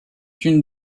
une